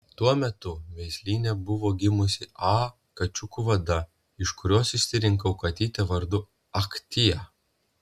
tuo metu veislyne buvo gimusi a kačiukų vada iš kurios išsirinkau katytę vardu aktia